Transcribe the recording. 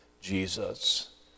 jesus